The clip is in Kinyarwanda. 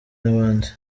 n’abandi